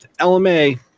LMA